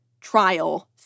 trial